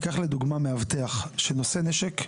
ניקח לדוגמה מאבטח שנושא נשק ברישיון,